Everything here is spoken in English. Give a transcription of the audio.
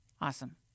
awesome